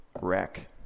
wreck